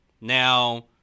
now